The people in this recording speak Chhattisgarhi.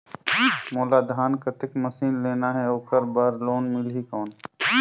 मोला धान कतेक मशीन लेना हे ओकर बार लोन मिलही कौन?